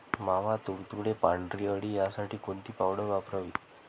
मावा, तुडतुडे, पांढरी अळी यासाठी कोणती पावडर वापरावी?